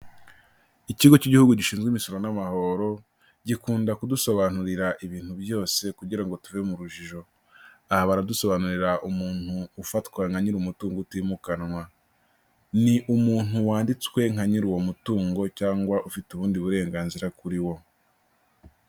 Ikigo cy'igihugu gishinzwe imisoro n'amahoro gikunda kudusobanurira ibintu byose kugira tuve m'urujijo. aha baradusobanurira umuntu ufatwa nka nyir'umutungo utimukanwa ni umuntu wanditswe nka nyir'uwo mutungo cyangwa ufite ubundi burenganzira kuri wo.